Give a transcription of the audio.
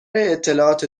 اطلاعات